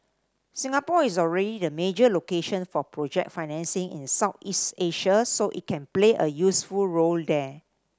Singapore is already the major location for project financing in Southeast Asia so it can play a useful role there